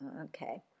Okay